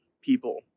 people